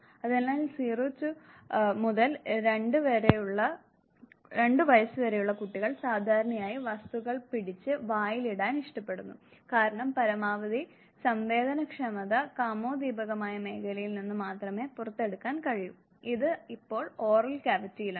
അതിനാൽ 0 മുതൽ 2 വയസ്സുവരെയുള്ള കുട്ടികൾ സാധാരണയായി വസ്തുക്കൾ പിടിച്ച് വായിൽ ഇടാൻ ഇഷ്ടപ്പെടുന്നു കാരണം പരമാവധി സംവേദനക്ഷമത കാമോദ്ദീപകമായ മേഖലയിൽ നിന്ന് മാത്രമേ പുറത്തെടുക്കാൻ കഴിയൂ അത് ഇപ്പോൾ ഓറൽ കാവിറ്റിയിലാണ്